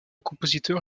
compositeur